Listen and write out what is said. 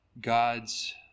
God's